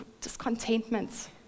discontentment